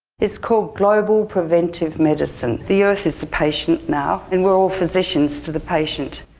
it's called global preventive medicine. the earth is the patient now and we're all physicians to the patient.